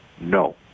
no